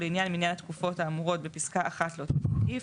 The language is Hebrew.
לעניין מניין התקופות האמורות בפסקה (1) לאותו סעיף,